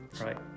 right